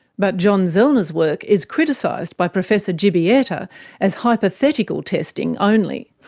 but john zellner's work is criticised by professor grzebieta as hypothetical testing only.